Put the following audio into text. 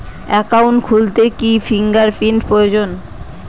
Account খুলতে কি fingerprint প্রয়োজন?